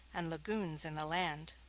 and lagoons in the land.